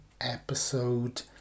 episode